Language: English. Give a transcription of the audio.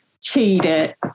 cheated